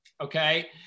okay